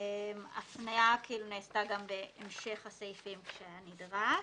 הפניה נעשתה גם בהמשך הסעיפים כנדרש.